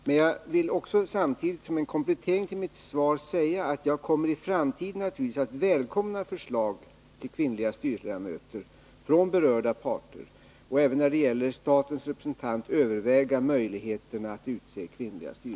Men jag vill också samtidigt, som en komplettering till mitt svar, säga att jag i framtiden naturligtvis kommer att välkomna förslag till kvinnliga styrelseledamöter från berörda parter och även, när det gäller statens representant, överväga möjligheterna att utse kvinnor.